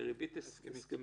בריבית הסכמית.